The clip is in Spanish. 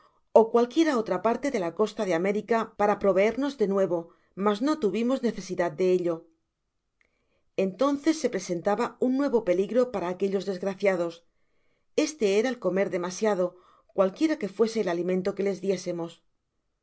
ó cualquiera otra parte de la costa de américa para proveernos de nuevo mas no tuvimos necesidad de ello entonces se presentaba un nuevo peligro para aquellos desgraciados este era el comer demasiado cualquiera que fuese el alimento que les diésemos